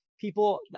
people